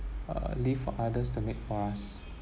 uh leave for others to make for us